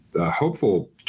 hopeful